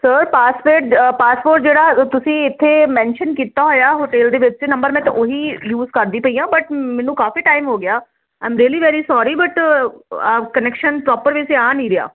sir password passport ਜਿਹੜਾ ਤੁਸੀਂ ਇਥੇ ਮੈਨਸ਼ਨ ਕੀਤਾ ਹੋਇਆ ਹੋਟੇਲ ਦੇ ਵਿੱਚ ਨੰਬਰ ਮੈਂ ਤਾਂ ਉਹੀ ਯੂਜ ਕਰਦੀ ਪਈ ਆ ਬਟ ਮੈਨੂੰ ਕਾਫੀ ਟਾਈਮ ਹੋ ਗਿਆ am really very sorry but ਆਪ ਕਨੈਕਸ਼ਨ ਪ੍ਰੋਪਰ ਵੈਸੇ ਆ ਨੀ ਰਿਹਾ